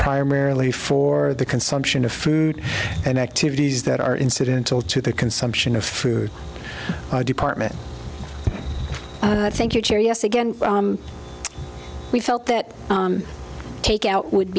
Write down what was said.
primarily for the consumption of food and activities that are incidental to the consumption of food department thank you chair yes again we felt that takeout would